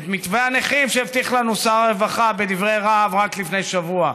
את מתווה הנכים שהבטיח לנו שר הרווחה בדברי רהב רק לפני שבוע,